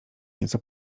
nieco